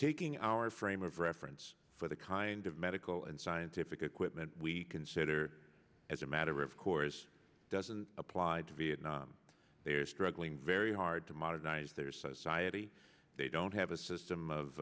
aking our frame of reference for the kind of medical and scientific equipment we consider as a matter of course doesn't apply to vietnam they are struggling very hard to modernize their society they don't have a system